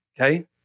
okay